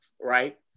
Right